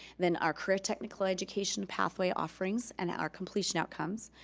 then our career technical education pathway offerings and our completion outcomes,